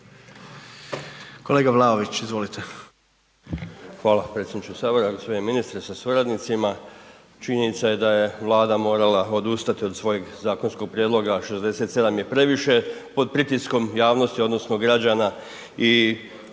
Kolega Vlaović, izvolite.